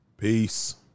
Peace